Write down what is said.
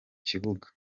kibuga